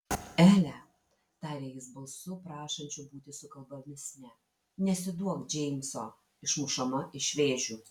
ele tarė jis balsu prašančiu būti sukalbamesnę nesiduok džeimso išmušama iš vėžių